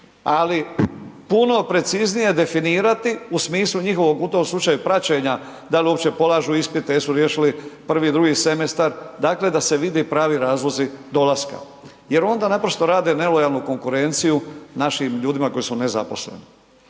ali puno preciznije definirati u smislu njihovog u tom slučaju praćenja, da li uopće polažu ispite, jesu riješili prvi i drugi semestar, dakle da se vide pravi razlozi dolaska jer onda naprosto rade nelojalnu konkurenciju našim ljudima koji su nezaposleni.